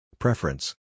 Preference